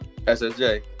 SSJ